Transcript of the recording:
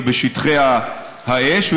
גם צאלים, ובשטחי האש.